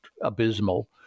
abysmal